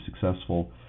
successful